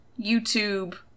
YouTube